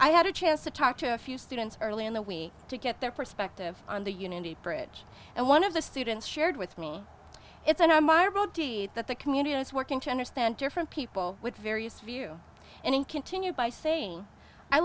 i had a chance to talk to a few students early in the week to get their perspective on the unity bridge and one of the students shared with me it's on my road that the community is working to understand different people with various view and continued by saying i